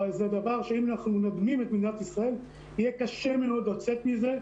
זה דבר שיהיה קשה מאוד לצאת מזה,